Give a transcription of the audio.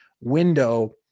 window